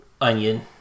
onion